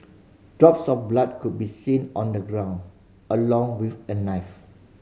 drop some blood could be seen on the ground along with a knife